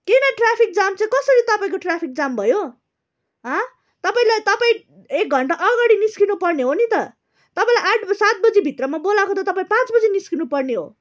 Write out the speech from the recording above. किन traffic jam चाहिँ कसरी तपाईँको ट्राफिक जाम भयो हाँ तपाईँलाई तपाईँ एक घन्टा अगाडि निस्किनु पर्ने हो नि त तपाईँलाई आठ ब सात बजीभित्रमा बोलाएको त तपाईँ पाँच बजी निस्किनु पर्ने हो